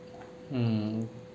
mm